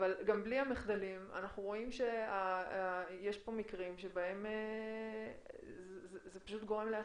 אבל גם בלי המחדלים אנחנו רואים שיש פה מקרים שבהם זה פשוט גורם לאסון.